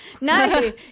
No